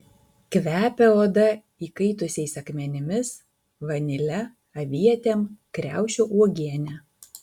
kvepia oda įkaitusiais akmenimis vanile avietėm kriaušių uogiene